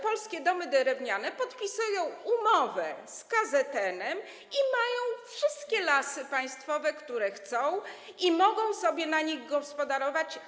Polskie Domy Drewniane podpisują umowę z KZN i mają wszystkie lasy państwowe, które chcą, i mogą sobie na nich gospodarować.